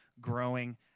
growing